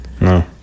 No